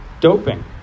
doping